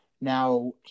Now